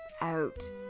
out